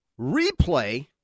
replay